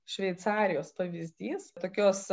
šveicarijos pavyzdys tokios